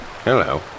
Hello